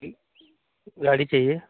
जी गाड़ी चाहिए